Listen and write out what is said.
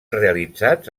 realitzats